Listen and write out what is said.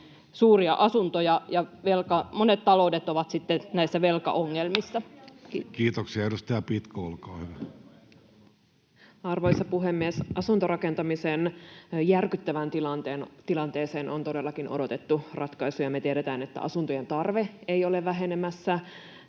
ensiasunnon ostajille!] Kiitoksia. — Edustaja Pitko, olkaa hyvä. Arvoisa puhemies! Asuntorakentamisen järkyttävään tilanteeseen on todellakin odotettu ratkaisuja. Me tiedetään, että asuntojen tarve ei ole vähenemässä.